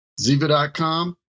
ziva.com